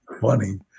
Funny